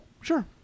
Sure